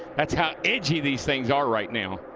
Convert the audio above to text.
that's how edgy these things are right now.